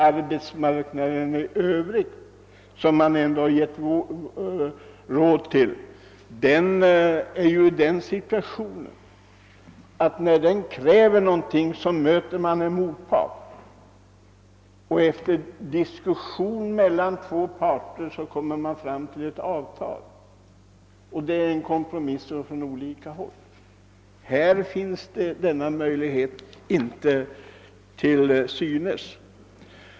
När en part på arbetsmarknaden i övrigt kräver någonting möter den en motpart, och efter diskussioner mellan de båda parterna kommer man fram till ett avtal som ofta innebär en kompromiss. I detta fall fungerar det hela inte på det sättet.